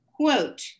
Quote